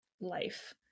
life